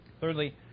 Thirdly